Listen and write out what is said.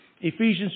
Ephesians